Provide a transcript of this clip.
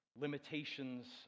Limitations